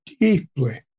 deeply